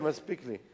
כן, מספיק לי.